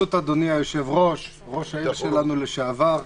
ברשות אדוני היושב-ראש, ראש העיר שלנו לשעבר,